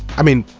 i mean,